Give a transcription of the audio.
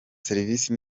serivisi